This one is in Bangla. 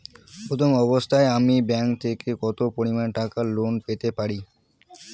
প্রথম অবস্থায় আমি ব্যাংক থেকে কত পরিমান টাকা লোন পেতে পারি?